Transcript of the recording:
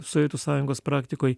sovietų sąjungos praktikoj